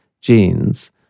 genes